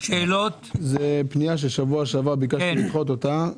זו פנייה ששבוע שעבר ביקשתי לדחות אותה.